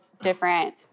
different